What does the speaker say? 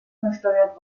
versteuert